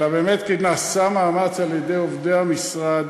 אלא באמת כי נעשה מאמץ על-ידי עובדי המשרד